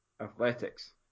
athletics